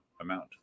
amount